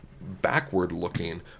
backward-looking